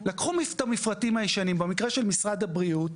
לקחו את המפרטים הישנים, במקרה של משרד הבריאות,